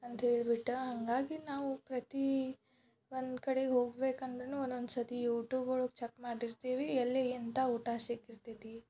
ಅಂತ್ಹೇಳ್ಬಿಟ್ಟು ಹಾಗಾಗಿ ನಾವು ಪ್ರತಿ ಒಂದ್ಕಡೆಗೆ ಹೋಗ್ಬೇಕಂದ್ರೂ ಒಂದೊಂದು ಸರ್ತಿ ಯೂಟ್ಯೂಬ್ ಒಳಗೆ ಚಕ್ ಮಾಡಿರ್ತೀವಿ ಎಲ್ಲಿ ಎಂಥ ಊಟ ಸಿಕ್ತಿರ್ತೈತಿ